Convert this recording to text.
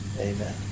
Amen